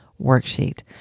worksheet